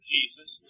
Jesus